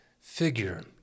figure